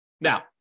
Now